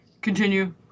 Continue